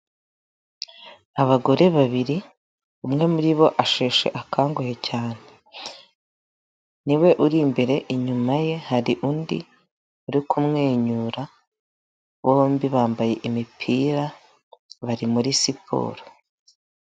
Abagore babiri, umwe muri bo asheshe akanguhe cyane. Ni we uri imbere, inyuma ye hari undi uri kumwenyura, bombi bambaye imipira bari muri siporo.